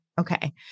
okay